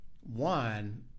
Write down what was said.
one